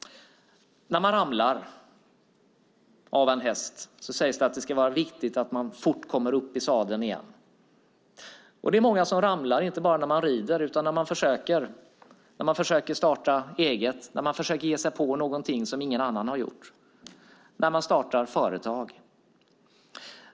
När man ramlar av en häst sägs det vara viktigt att man fort kommer upp i sadeln igen. Det är många som ramlar, inte bara när man rider, utan när man försöker starta eget, när man försöker ge sig på någonting som ingen annan har gjort - när man startar företag.